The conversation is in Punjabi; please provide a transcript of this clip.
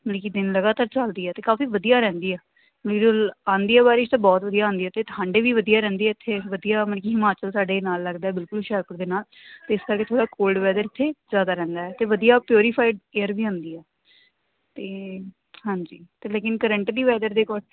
ਮਤਲਬ ਕਿ ਦਿਨ ਲਗਾਤਾਰ ਚਲਦੀ ਹੈ ਅਤੇ ਕਾਫੀ ਵਧੀਆ ਰਹਿੰਦੀ ਆ ਵੀ ਉਹ ਆਉਂਦੀ ਆ ਬਾਰਿਸ਼ ਤਾਂ ਬਹੁਤ ਵਧੀਆ ਆਉਂਦੀ ਹੈ ਅਤੇ ਠੰਡ ਵੀ ਵਧੀਆ ਰਹਿੰਦੀ ਇੱਥੇ ਵਧੀਆ ਮਤਲਬ ਕਿ ਹਿਮਾਚਲ ਸਾਡੇ ਨਾਲ ਲੱਗਦਾ ਬਿਲਕੁਲ ਹੁਸ਼ਿਆਰਪੁਰ ਦੇ ਨਾਲ ਅਤੇ ਇਸ ਕਰਕੇ ਥੋੜ੍ਹਾ ਕੋਲਡ ਵੈਦਰ ਇੱਥੇ ਜ਼ਿਆਦਾ ਰਹਿੰਦਾ ਹੈ ਅਤੇ ਵਧੀਆ ਪਿਓਰੀਫਾਈਡ ਏਅਰ ਵੀ ਹੁੰਦੀ ਆ ਅਤੇ ਹਾਂਜੀ ਲੇਕਿਨ ਕਰੰਟਲੀ ਵੈਦਰ ਦੇ ਕੋ